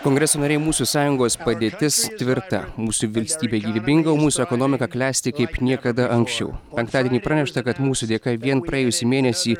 kongreso nariai mūsų sąjungos padėtis tvirta mūsų valstybė gyvybinga mūsų ekonomika klesti kaip niekada anksčiau penktadienį pranešta kad mūsų dėka vien praėjusį mėnesį